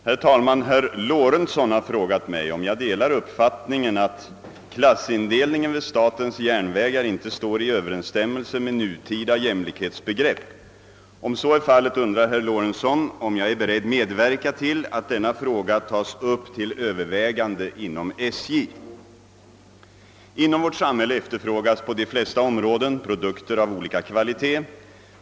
Herr talman! Herr Lorentzon har frågat mig om jag delar uppfattningen att klassindelning vid statens järnvägar inte står i överensstämmelse med nutida jämlikhetsbegrepp. Om så är fallet undrar herr Lorentzon om jag är beredd medverka till att denna fråga tas upp till övervägande inom SJ. Inom vårt samhälle efterfrågas på de flesta områden produkter av olika kvalitet.